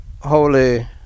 Holy